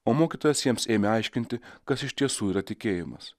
o mokytojas jiems ėmė aiškinti kas iš tiesų yra tikėjimas